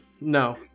No